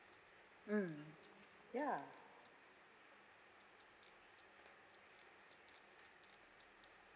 mm ya